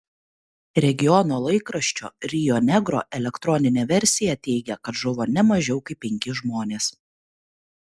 regiono laikraščio rio negro elektroninė versija teigia kad žuvo ne mažiau kaip penki žmonės